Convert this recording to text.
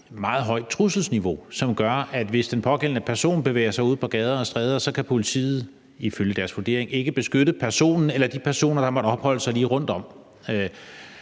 meget højt trusselsniveau, som gør, at hvis den pågældende person bevæger sig ud på gader og stræder, kan politiet ifølge deres vurdering ikke beskytte personen eller de personer, der måtte opholde sig lige rundt om